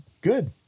good